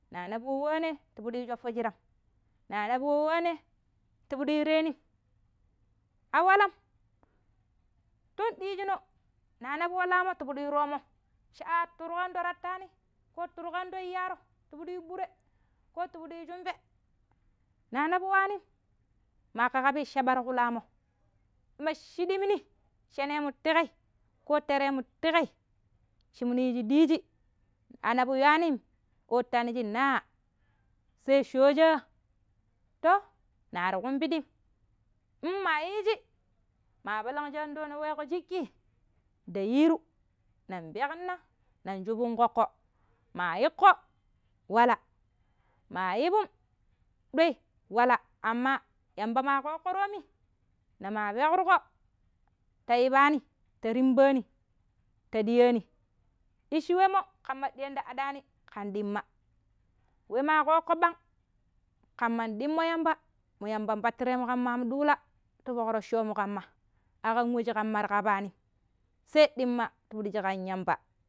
Naa nabu wane ti piɗi yu shwafajiiran naa nabu wane ti piɗi yu reinim. A walam tun ɗiijino̱ naa nabu wa laaumo̱ ti piɗi yu ro̱o̱mo̱m cha tur anɗo tattaanim turƙo yindang iyaaro ti fuɗi yu ɓure ko ti fuɗi shumɓe naa nabu waanim maaƙa ƙabi chaɓa ta ƙu laamo̱. Dima shi ɗimini, tseneemu tiƙe, ko teremu tiƙe shene mu yiiji ɗiiji a nabu ywaamim o̱, tannaji naa? se shoojee? To, naar ɗumpiɗim maa yiiji, maa palang shi anɗoono̱ weeƙo shikki nda yiiru nen pekna nen shubun ƙoƙƙo maa iƙƙo wala maa vum ɗoi wala amma yamba maa ƙooƙƙo toomi naa maa pekruƙo ta ibaani ta rimba̱a̱ni, ta ɗiya̱a̱ni, dici weemo ƙamma yainda iyanni kan ɗimma. We maa ƙooƙƙo ɓang ƙamman ɗimmo̱ yamba mu yamban pattireemu ƙamma an ɗuula ti o̱ƙro̱cco̱o̱mu ƙamma. Aƙamu we shi ƙamma ta ƙabaanin se ɗimma ti fuɗi shi ƙa yamba.